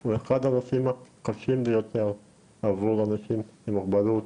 הוא אחד הנושאים הקשים ביותר עבור אנשים עם מוגבלות,